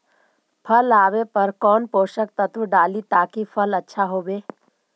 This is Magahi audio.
फल आबे पर कौन पोषक तत्ब डाली ताकि फल आछा होबे?